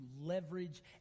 leverage